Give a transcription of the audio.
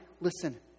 listen